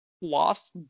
lost